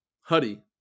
Huddy